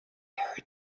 heard